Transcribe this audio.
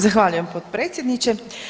Zahvaljujem potpredsjedniče.